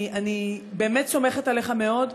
אני באמת סומכת עליך מאוד,